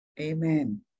amen